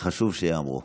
שחשוב שייאמרו.